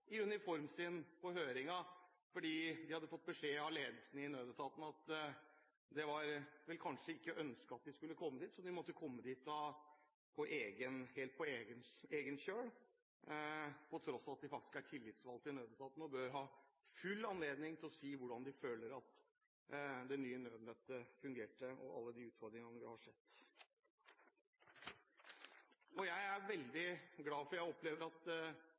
i uniform, mens guttene og jentene på gulvet, eller de tillitsvalgte, ikke fikk lov til å møte i uniformen sin på høringen. De hadde fått beskjed av ledelsen i nødetatene at det ikke var ønsket at de skulle komme. De måtte komme helt på egen kjøl, til tross for at de faktisk er tillitsvalgte i nødetatene og burde ha full anledning til å si hvordan de føler at det nye nødnettet fungerer, med alle de utfordringene vi har sett. Jeg opplever at